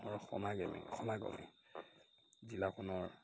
অহা মানুহৰ সমাগমে জিলাখনৰ